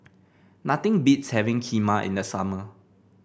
nothing beats having Kheema in the summer